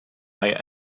higher